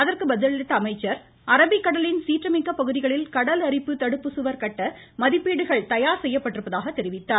அதற்கு பதிலளித்த அமைச்சர் அரபிக்கடலின் சீற்றமிக்க பகுதிகளில் கடல் அரிப்பு தடுப்பு சுவர் கட்ட மதிப்பீடுகள் தயார் செய்யப்பட்டிருப்பதாகவும் தெரிவித்தார்